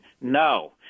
No